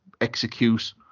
execute